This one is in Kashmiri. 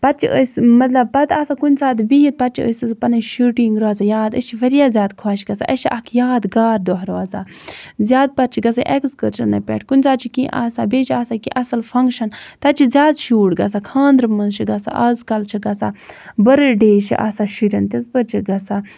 تَتہِ چھِ أسۍ مطلب پتہٕ آسو کُنہِ ساتہٕ بِہِتھ پَتہٕ چھِ اَسہ پَنٕنۍ شوٗٹِنگ روزان یاد أسۍ چھِ واریاہ زیادٕ خۄش گژھان اَسہ چھُ اکھ یاد گار دۄہ روزان زیادٕ پَتہٕ چھِ گژھان اٮ۪کٔسکرشنن پٮ۪ٹھ کُنہِ ساتہٕ چھِ کیٚنہہ آسان بیٚیہ چھِ آسان کیٚنہہ اَصٕل فَنکشن تَتہِ چھِ زیاد شوٗڈ گژھان خاندرَن منٛز چھِ گژھان آز کَل چھِ گژھان بٔرٕڈے چھُ آسان شُرین تِژھ پھِر چھُ گژھان